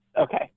okay